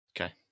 Okay